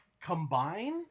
combine